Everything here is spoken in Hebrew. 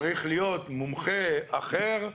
צריך להיות מומחה אחר,